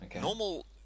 normal